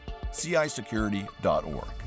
cisecurity.org